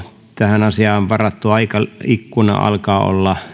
tähän asiaan varattu aikaikkuna alkaa olla